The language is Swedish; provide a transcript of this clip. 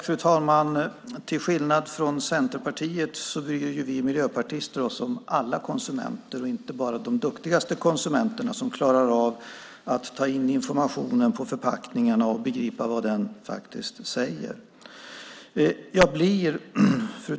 Fru talman! Till skillnad från Centerpartiet bryr vi miljöpartister oss om alla konsumenter, och inte bara om de duktigaste konsumenterna som klarar av att ta in informationen på förpackningarna och begripa vad den faktiskt säger. Fru talman!